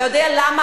אתה יודע למה?